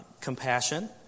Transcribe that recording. Compassion